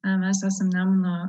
mes esam nemuno